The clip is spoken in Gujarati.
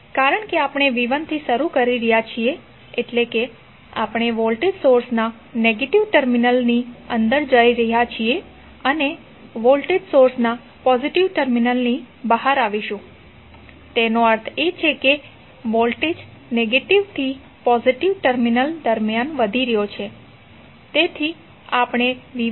કારણ કે આપણે v1 થી શરૂ કરી રહ્યા છીએ એટલે કે આપણે વોલ્ટેજ સોર્સ ના નેગેટીવ ટર્મિનલની અંદર જઈ રહ્યા છીએ અને વોલ્ટેજ સોર્સના પોઝિટીવ ટર્મિનલની બહાર આવીશું તેનો અર્થ એ કે વોલ્ટેજ નેગેટીવથી પોઝિટીવ ટર્મિનલ દરમિયાન વધી રહ્યો છે તેથી આપણે v1